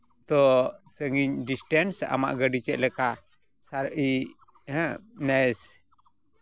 ᱛᱳ ᱥᱟᱹᱜᱤᱧ ᱰᱤᱥᱴᱮᱱᱥ ᱟᱢᱟᱜ ᱜᱟᱹᱰᱤ ᱪᱮᱫ ᱞᱮᱠᱟ ᱥᱟᱹᱨᱤ ᱱᱮᱥ